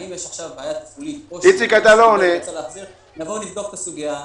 אם יש בעיה תפעולית - נבדוק את הסוגיה.